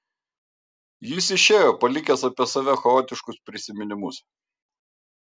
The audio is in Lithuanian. jis išėjo palikęs apie save chaotiškus prisiminimus